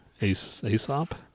Aesop